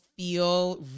feel